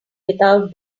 without